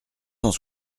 cent